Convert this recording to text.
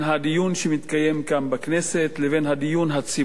שמתקיים כאן בכנסת לבין הדיון הציבורי,